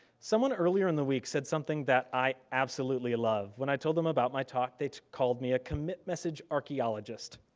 someone earlier in the week said something that i absolutely love. when i told them about my talk they called me a commit message archeologist.